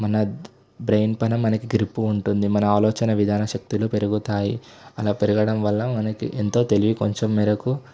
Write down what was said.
మన బ్రైన్ పైన మనకి గ్రిప్ ఉంటుంది మన ఆలోచన విధాన శక్తులు పెరుగుతాయి అలా పెరగడం వలన మనకి ఎంతో తెలివి కొంచెం మేరకు